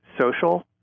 social